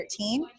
2013